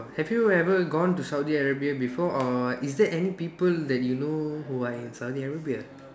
have you ever gone to Saudi Arabia before or is there any people that you know who are in Saudi Arabia